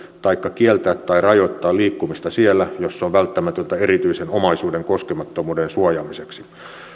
taikka kieltää tai rajoittaa liikkumista siellä jos se on välttämätöntä erityisen omaisuuden koskemattomuuden suojaamiseksi